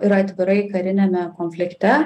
ir atvirai kariniame konflikte